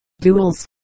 duels